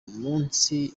umunsi